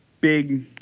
big